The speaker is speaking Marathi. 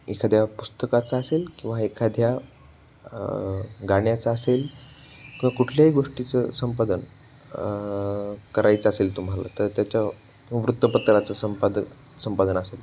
एखाद्या पुस्तकाचं असेल किंवा एखाद्या गाण्याचं असेल क कुठल्याही गोष्टीचं संपादन करायचं असेल तुम्हाला तर त्याच्या वृत्तपत्राचं संपाद संपादन असेल